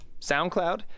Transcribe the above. SoundCloud